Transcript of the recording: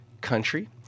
country